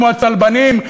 כמו הצלבנים,